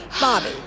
Bobby